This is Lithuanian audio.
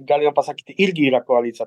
galima pasakyti irgi yra koalicija